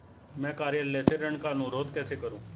मैं कार्यालय से ऋण का अनुरोध कैसे करूँ?